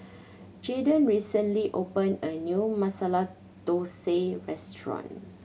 Jaydon recently opened a new Masala Dosa Restaurant